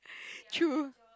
true